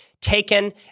taken